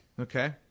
Okay